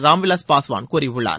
ராம்விலாஸ் பாஸ்வான் கூறியுள்ளார்